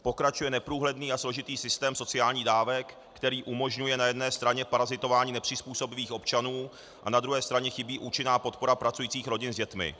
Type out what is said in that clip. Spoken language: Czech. Pokračuje neprůhledný a složitý systém sociálních dávek, který umožňuje na jedné straně parazitování nepřizpůsobivých občanů, a na druhé straně chybí účinná podpora pracujících rodin s dětmi.